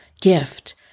gift